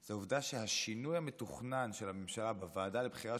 זה העובדה שהשינוי המתוכנן של הממשלה בוועדה לבחירת